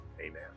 amen